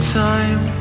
time